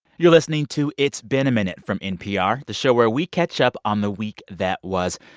you're listening to it's been a minute from npr, the show where we catch up on the week that was.